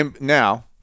now